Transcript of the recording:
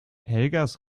helgas